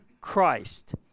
Christ